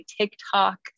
TikTok